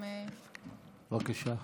בבקשה.